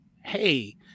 Hey